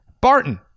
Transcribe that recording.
Barton